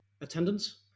attendance